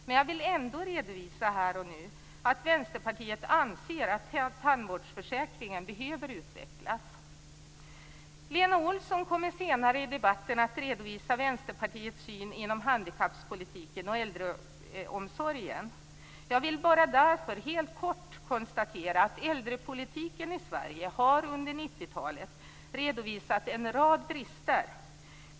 Men jag vill ändå redovisa här och nu att Vänsterpartiet anser att tandvårdsförsäkringen behöver utvecklas. Lena Olsson kommer senare i debatten att redovisa Vänsterpartiets syn inom handikappolitiken och äldreomsorgen. Jag vill därför bara helt kort konstatera att äldrepolitiken i Sverige under hela 90-talet har uppvisat en rad brister.